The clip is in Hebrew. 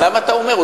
אז למה אתה אומר?